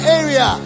area